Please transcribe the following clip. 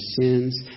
sins